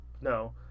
No